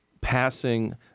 passing